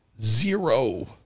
zero